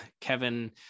Kevin